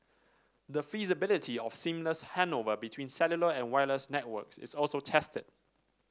the feasibility of seamless handover between cellular and wireless networks is also tested